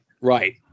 Right